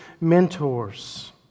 mentors